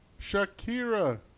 Shakira